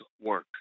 work